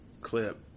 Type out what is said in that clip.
clip